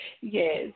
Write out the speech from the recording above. Yes